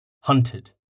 hunted